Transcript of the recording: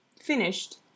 Finished